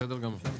בסדר גמור.